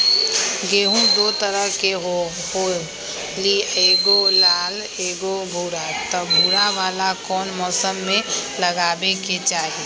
गेंहू दो तरह के होअ ली एगो लाल एगो भूरा त भूरा वाला कौन मौसम मे लगाबे के चाहि?